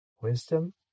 wisdom